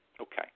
Okay